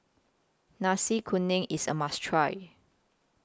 Nasi Kuning IS A must Try